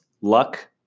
luck